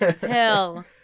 Hell